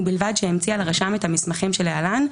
ובלבד שהמציאה לרשם את המסמכים שלהלן:"